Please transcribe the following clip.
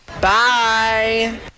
Bye